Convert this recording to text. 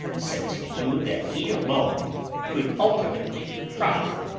since he knew that he alone could ultimately triumph!